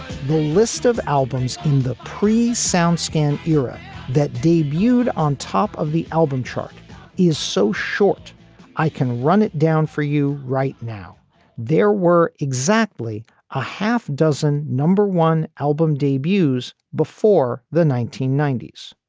the list of albums in the pre soundscan era that debuted on top of the album chart is so short i can run it down for you right now there were exactly a half dozen number one album debuts before the nineteen ninety s.